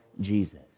Jesus